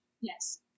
Yes